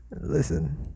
Listen